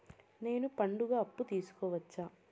నేను పండుగ అప్పు తీసుకోవచ్చా?